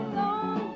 long